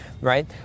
right